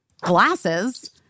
glasses